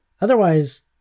Otherwise